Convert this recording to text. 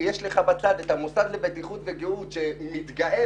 ויש גם את המוסד לבטיחות וגהות שמתגאה